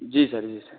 जी sir जी sir